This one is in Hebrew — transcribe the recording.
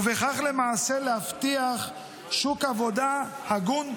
ובכך למעשה להבטיח שוק עבודה הגון ומוסדר.